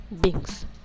beings